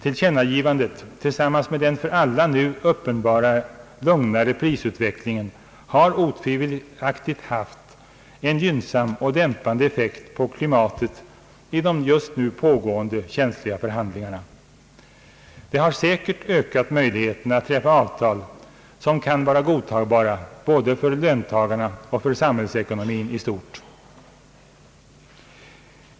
Tillkännagivandet, tillsammans med den för alla nu uppenbara lugnare prisutvecklingen, har otvivelaktigt haft en gynnsam och dämpande effekt på klimatet i de just nu pågående känsliga förhandlingarna. Det har säkert ökat möjligheterna att träffa avtal, som kan vara godtagbara både för löntagarna och för samhällsekonomin i stort.